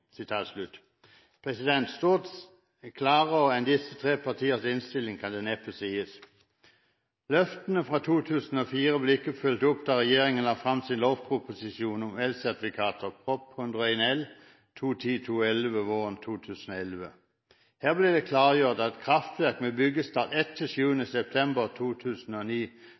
klarere enn disse tre partiers innstilling kan det neppe sies. Løftene fra 2004 ble ikke fulgt opp da regjeringen la fram sin lovproposisjon om elsertifikater, Prop. 101 L for 2010–2011, våren 2011. Her ble det klargjort at kraftverk med byggestart etter 7. september 2009